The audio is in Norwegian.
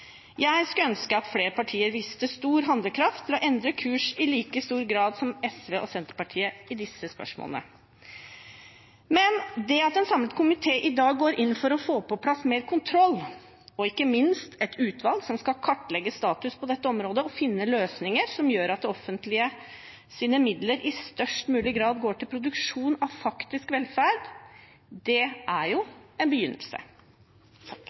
Jeg skulle ønske at flere partier viste stor handlekraft til å endre kurs i like stor grad som SV og Senterpartiet i disse spørsmålene. Men det at en samlet komité i dag går inn for å få på plass mer kontroll og ikke minst et utvalg som skal kartlegge status på dette området og finne løsninger som gjør at det offentliges midler i størst mulig grad går til produksjon av faktisk velferd, er jo en begynnelse.